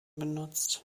benutzt